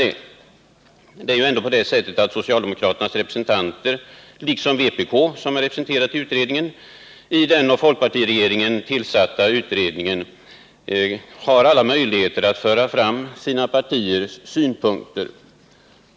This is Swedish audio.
Det förhåller sig ju ändå så att både socialdemokraternas och vpk:s representanter i den av folkpartiregeringen tillsatta utredningen har alla rnöjligheter att föra fram sina partiers synpunkter.